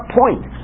point